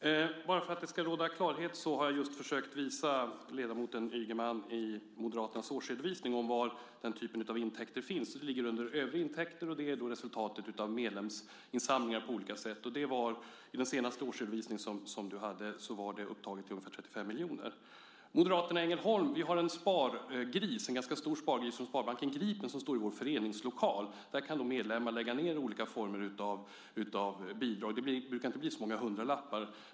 Fru talman! Bara för att det ska råda klarhet har jag just försökt visa ledamoten Ygeman var den här typen av intäkter finns i Moderaternas årsredovisning. Den ligger under övriga intäkter, och det gäller resultatet av medlemsinsamlingar på olika sätt. I den senaste årsredovisningen du hade var det upptaget till ungefär 35 miljoner. Moderaterna i Ängelholm har en ganska stor spargris från Sparbanken Gripen som står i vår föreningslokal. Där kan medlemmar lägga ned olika former av bidrag. Det brukar inte bli så många hundralappar.